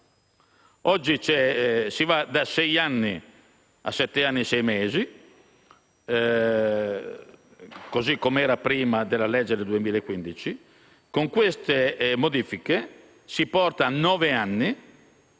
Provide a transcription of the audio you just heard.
oggi si va da sei anni a sette anni e sei mesi, così come era prima della legge n. 69 del 2015. Con queste modifiche si porta il